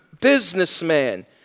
businessman